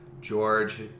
George